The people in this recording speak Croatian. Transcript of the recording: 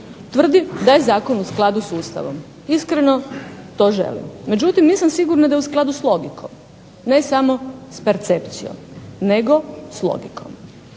tvrdi da je zakon u skladu s Ustavom, iskreno to želi. Međutim, nisam sigurna da je u skladu s logikom, ne samo s percepcijom nego s logikom.